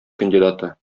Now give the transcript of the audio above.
кандидаты